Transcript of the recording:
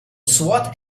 swat